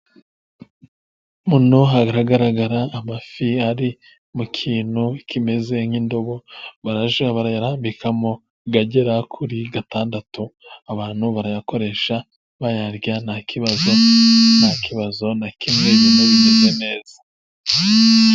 Muno hagaragara amafi ari mu kintu kimeze nk'indobo, barajya barayarambikamo agera kuri atandatu, abantu barayakoresha bayarya nta kibazo, nta kibazo na kimwe bimeze neza.